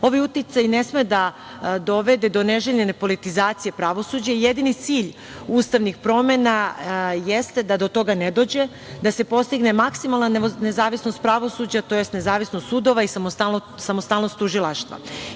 uticaj ne sme dovede do neželjene politizacije pravosuđa. Jedini cilj ustavnih promena jeste da do toga ne dođe, da se postigne maksimalna nezavisnost pravosuđa, tj. nezavisnost sudova i samostalnost tužilaštva.